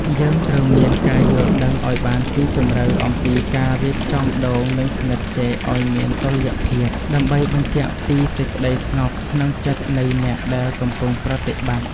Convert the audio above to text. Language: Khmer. យើងត្រូវមានការយល់ដឹងឱ្យបានស៊ីជម្រៅអំពីការរៀបចំដូងនិងស្និតចេកឱ្យមានតុល្យភាព ដើម្បីបញ្ជាក់ពីសេចក្តីស្ងប់ក្នុងចិត្តនៃអ្នកដែលកំពុងប្រតិបត្តិ។